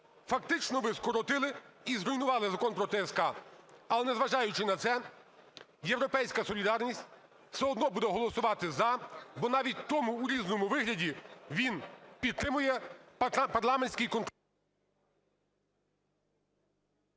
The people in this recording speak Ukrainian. фактично, ви скоротили і зруйнували Закон про ТСК. Але, незважаючи на це, "Європейська солідарність" все одно буде голосувати за, бо навіть в тому урізаному вигляді він підтримує парламентський контроль…